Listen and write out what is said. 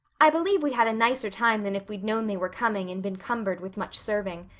i believe we had a nicer time than if we'd known they were coming and been cumbered with much serving.